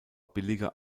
billiger